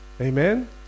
Amen